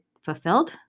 fulfilled